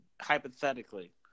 hypothetically